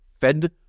fed